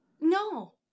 No